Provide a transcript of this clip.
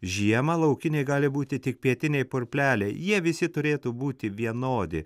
žiemą laukiniai gali būti tik pietiniai purpleliai jie visi turėtų būti vienodi